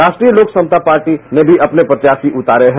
राष्टीय लोक समता पार्टी ने भी अपने प्रत्याशी उतारे हैं